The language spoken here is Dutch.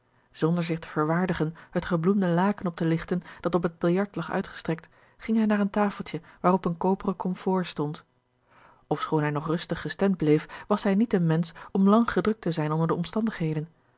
zonder zich te verwaardigen het gebloemde laken op te ligten dat op het biljart lag uitgestrekt ging hij naar een tafeltje waarop een koperen komfoor stond ofchoon hij nog rustig gestemd bleef was hij niet een mensch om lang gedrukt te zijn onder de omstandigheden